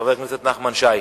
חבר הכנסת נחמן שי.